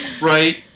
right